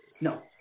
No